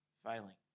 failing